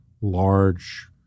large